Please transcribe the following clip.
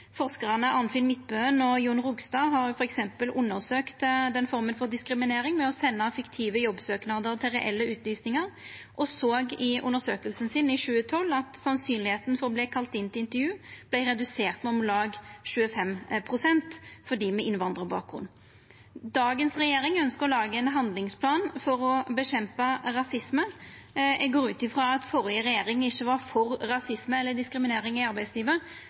Forskarane Arnfinn H. Midtbøen og Jon Rogstad har f.eks. undersøkt denne forma for diskriminering ved å senda fiktive jobbsøknader til reelle utlysningar, og dei såg i undersøkinga si, frå 2012, at sannsynet for å verta kalla inn til intervju vart redusert med omlag 25 pst. for dei med innvandrarbakgrunn. Dagens regjering ønskjer å laga ein handlingsplan for å kjempa mot rasisme. Eg går ut frå at førre regjering ikkje var for rasisme eller diskriminering i arbeidslivet,